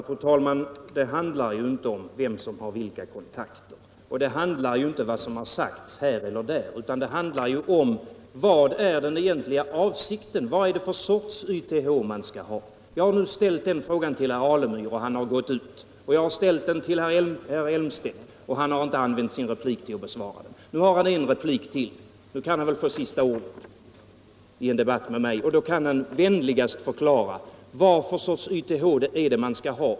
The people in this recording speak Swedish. Fru talman! Det handlar ju inte om vem som har vilka kontakter och inte heller om vad som har sagts här eller där, utan vad det handlar om är: Vilken är den egentliga avsikten? Vad är det för sorts YTH man skall ha? Jag har nu ställt den frågan till herr Alemyr, och han har gått ut ur kammaren. Jag har ställt frågan till herr Elmstedt, men han har inte använt sin replik till att besvara den. Nu har herr Elmstedt en replik kvar. Då kan han få sista ordet i en debatt med mig, och då kan han vänligast förklara vad det är för slags YTH man skall ha.